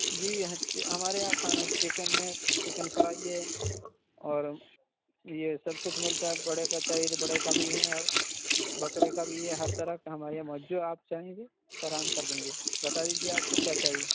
جی ہمارے یہاں کھانا چکن ہے چکن فرائی ہے اور یہ سب کچھ ملتا ہے بڑے کا چاہیے تو بڑے کا بھی ہے اور بکرے کا بھی ہے ہر طرح کا ہمارے یہاں جو آپ چاہیں گے سر ہم کر دیں گے بتا دیجیے آپ کو کیا چاہیے